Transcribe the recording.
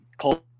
Cold